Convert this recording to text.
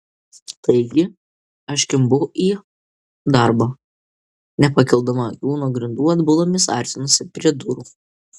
taigi aš kimbu į darbą nepakeldama akių nuo grindų atbulomis artinuosi prie durų